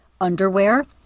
Underwear